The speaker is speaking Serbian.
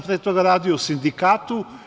Pre toga sam radio u sindikatu.